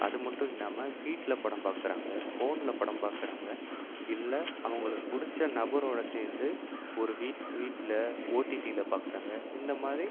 அதுமட்டும் இல்லாமல் வீட்டில் படம் பார்க்குறாங்க ஃபோனில் படம் பார்க்குறாங்க இல்லை அவங்களுக்கு பிடிச்ச நபரோடு சேர்ந்து ஒரு வீட்டில் ஓடிடியில் பார்க்குறாங்க இந்தமாதிரி